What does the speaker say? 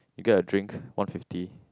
you get a drink one fifty